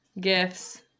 Gifts